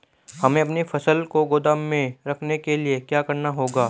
हमें अपनी फसल को गोदाम में रखने के लिये क्या करना होगा?